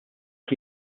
qed